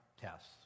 tests